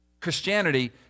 Christianity